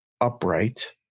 upright